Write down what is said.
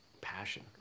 passion